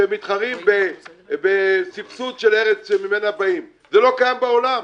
כשמתחרים בסבסוד של ארץ שממנה באים זה לא קיים בעולם,